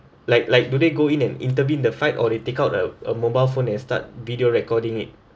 like like do they go in and intervene the fight or they take out a a mobile phone and start video recording it